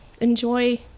enjoy